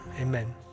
amen